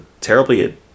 terribly